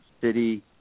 city